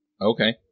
Okay